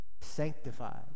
sanctified